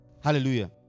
Hallelujah